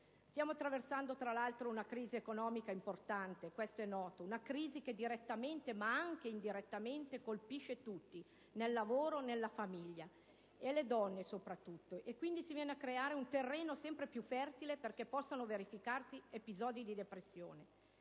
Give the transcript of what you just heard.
Stiamo attraversando, tra l'altro, una crisi economica importante, questo è noto, una crisi che direttamente, ma anche indirettamente, colpisce tutti, nel lavoro e nella famiglia, e le donne soprattutto. Quindi, viene a crearsi un terreno sempre più fertile perché possano verificarsi episodi di depressione.